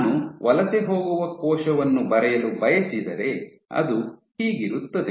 ನಾನು ವಲಸೆ ಹೋಗುವ ಕೋಶವನ್ನು ಬರೆಯಲು ಬಯಸಿದರೆ ಅದು ಹೀಗಿರುತ್ತದೆ